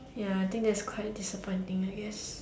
ya I think that's quite disappointing I guess